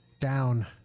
down